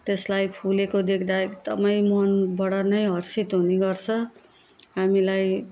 त्यसलाई फुलेको देख्दा एकदम मनबाटनै हर्षित हुनेगर्छ हामीलाई